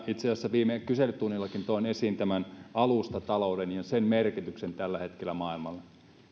itse asiassa viime kyselytunnillakin toin esiin tämän alustatalouden ja sen merkityksen tällä hetkellä maailmalla